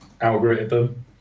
algorithm